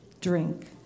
drink